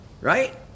Right